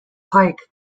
pike